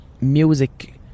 music